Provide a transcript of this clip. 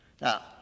Now